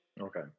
Okay